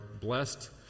blessed